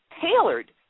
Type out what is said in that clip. tailored